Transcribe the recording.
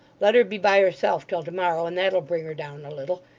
let her be by herself till to-morrow, and that'll bring her down a little.